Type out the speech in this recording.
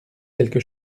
quelque